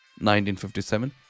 1957